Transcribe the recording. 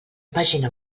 pàgina